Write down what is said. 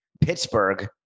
Pittsburgh